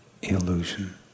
illusion